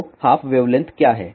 तो half wavelength क्या है